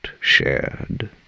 shared